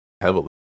heavily